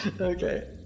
Okay